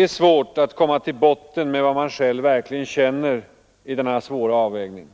herr talman, svårt att komma till botten med vad man själv verkligen känner i denna svåra avvägning.